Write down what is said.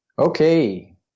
Okay